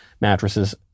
mattresses